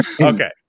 Okay